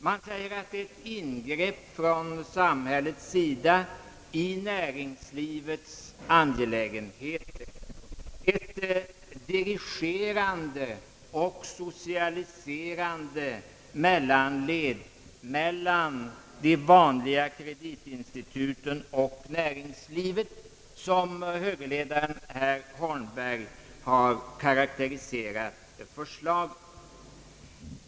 Man säger att det är ett ingrepp från samhällets sida i näringslivets angelä genheter; ett dirigerande och socialiserande mellanled mellan de vanliga kreditinstituten och näringslivet, som högerledaren herr Holmberg har karakteriserat förslaget.